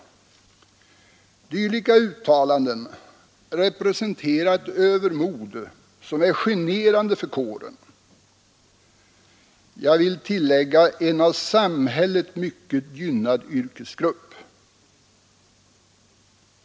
Dylika uttalanden representerar ett övermod, som är generande för kåren och — vill jag tillägga — en av samhället gynnad yrkesgrupp.